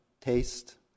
taste